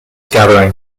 gathering